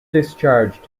discharged